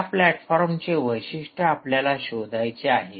त्या प्लॅटफॉर्मचे वैशिष्ट्य आपल्याला शोधायचे आहे